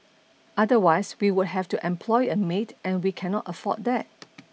otherwise we would have to employ a maid and we cannot afford that